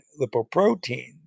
lipoproteins